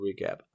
recap